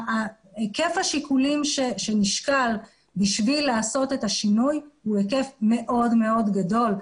היקף השיקולים שנשקל בשביל לעשות את השינוי הוא היקף מאוד מאוד גדול.